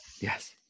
Yes